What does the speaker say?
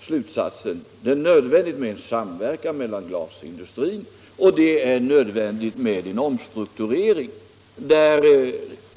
slutsatsen: Det är nödvändigt med en samverkan och en omstrukturering inom glasindustrin.